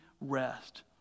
rest